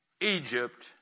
Egypt